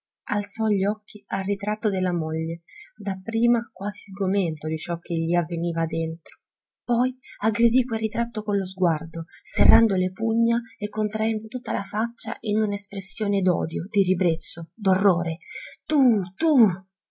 alzò gli occhi al ritratto della moglie dapprima quasi sgomento di ciò che gli avveniva dentro poi aggredì quel ritratto con lo sguardo serrando le pugna e contraendo tutta la faccia in una espressione d'odio di ribrezzo d'orrore tu tu